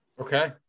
okay